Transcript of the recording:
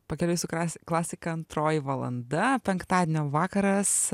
pakeliui su kla klasika antroji valanda penktadienio vakaras